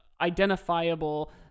identifiable –